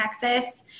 Texas